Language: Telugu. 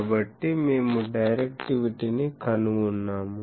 కాబట్టి మేము డైరెక్టివిటీని కనుగొన్నాము